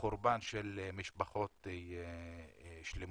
חורבן של משפחות שלמות.